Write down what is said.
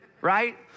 right